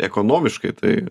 ekonomiškai tai